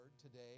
today